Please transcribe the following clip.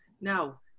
Now